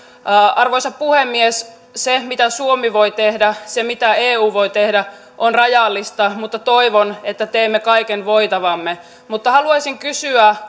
arvoisa puhemies se mitä suomi voi tehdä se mitä eu voi tehdä on rajallista mutta toivon että teemme kaiken voitavamme mutta haluaisin kysyä